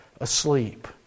asleep